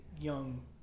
young